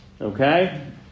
okay